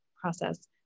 process